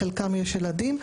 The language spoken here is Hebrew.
לחלקם יש ילדים.